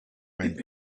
went